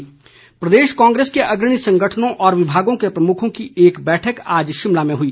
कांग्रेस प्रदेश कांग्रेस के अग्रणी संगठनों और विभागों के प्रमुखों की एक बैठक आज शिमला में हुई